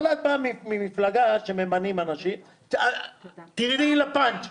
אבל את באה ממפלגה שממנים אנשים --- תני לי להגיע לפאנץ'.